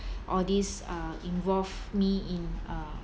all these uh involve me in uh